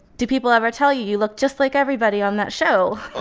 do people ever tell you you look just like everybody on that show? oh,